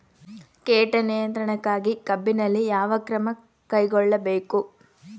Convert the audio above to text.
ಕೇಟ ನಿಯಂತ್ರಣಕ್ಕಾಗಿ ಕಬ್ಬಿನಲ್ಲಿ ಯಾವ ಕ್ರಮ ಕೈಗೊಳ್ಳಬೇಕು?